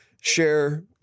share